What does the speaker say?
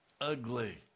Ugly